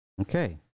Okay